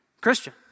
Christian